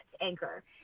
anchor